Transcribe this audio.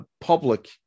public